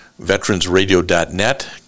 veteransradio.net